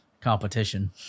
competition